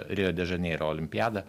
rio de žaneiro olimpiadą